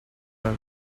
him